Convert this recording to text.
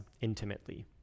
intimately